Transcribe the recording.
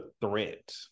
threat